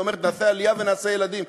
היא אומרת: נעשה עלייה ונעשה ילדים.